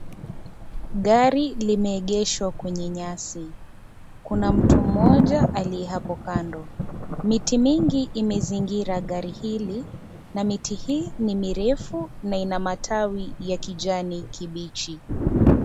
Gari limeegeshwa kwenye nyasi, kuna mtu mmoja aliye hapo kando, miti mingi imezingira gari hili, na miti hiyo ni mirefu, na ina matawi ya kijani kibichi.